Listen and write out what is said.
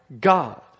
God